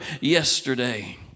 yesterday